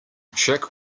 check